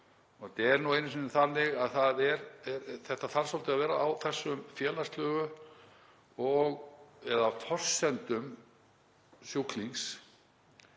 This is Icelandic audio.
boði. Það er nú einu sinni þannig að þetta þarf svolítið að vera á þessum félagslegu — eða á forsendum sjúklings